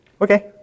okay